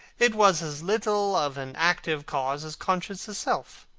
it was as little of an active cause as conscience itself.